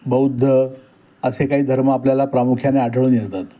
बौद्ध असे काही धर्म आपल्याला प्रामुख्याने आढळून येतात